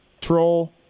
Troll